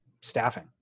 staffing